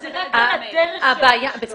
הוא יקבל את זה במייל.